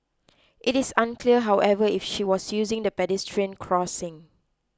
it is unclear however if she was using the pedestrian crossing